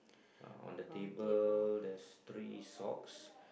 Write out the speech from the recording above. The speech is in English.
uh on the table there's three socks